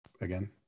again